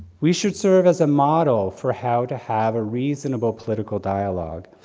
we should serve as a model for how to have a reasonable political dialogue,